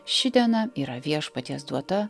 ši diena yra viešpaties duota